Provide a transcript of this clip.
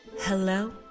Hello